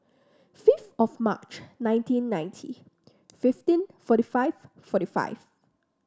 fifth of March nineteen ninety fifteen forty five forty five